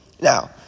Now